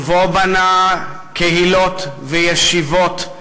ובה בנה קהילות וישיבות,